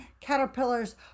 caterpillars